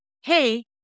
hey